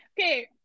Okay